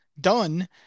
done